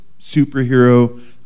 superhero